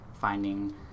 finding